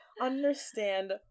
understand